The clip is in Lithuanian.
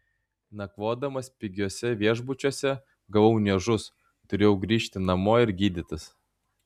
nakvodamas pigiuose viešbučiuose gavau niežus turėjau grįžti namo ir gydytis